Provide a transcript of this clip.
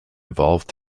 evolved